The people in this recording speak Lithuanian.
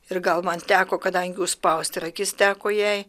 ir gal man teko kadangi užspausti ir akis teko jai